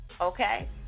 okay